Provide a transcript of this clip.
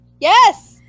Yes